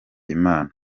imana